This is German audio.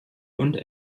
und